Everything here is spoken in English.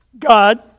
God